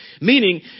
meaning